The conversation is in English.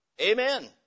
Amen